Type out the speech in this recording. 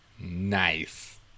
Nice